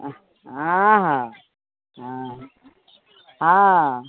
हँ हँ हँ हँ